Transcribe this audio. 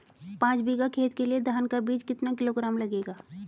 पाँच बीघा खेत के लिये धान का बीज कितना किलोग्राम लगेगा?